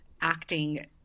acting